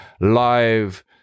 live